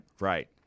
Right